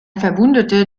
verwundete